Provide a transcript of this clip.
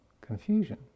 confusion